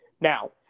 Now